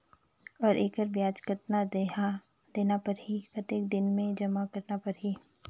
और एकर ब्याज कतना देना परही कतेक दिन मे जमा करना परही??